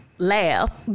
laugh